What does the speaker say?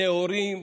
נאורים,